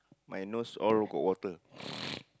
my nose all got water